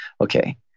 okay